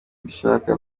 mbishaka